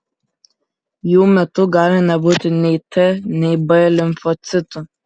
jų metu gali nebūti nei t nei b limfocitų